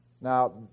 Now